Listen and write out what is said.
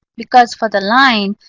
because for the line,